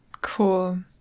cool